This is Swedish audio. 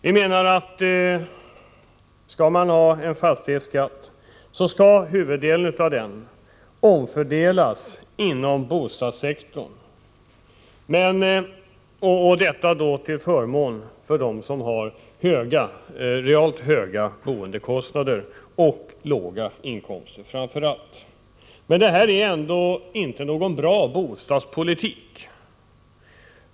Vi menar, att om man skall ha en fastighetsskatt skall huvuddelen av den omfördelas inom bostadssektorn — framför allt till förmån för dem som har realt höga boendekostnader och låga inkomster. Detta är ändå inte någon bra bostadspolitik.